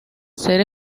ser